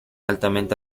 altamente